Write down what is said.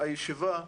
הישיבה.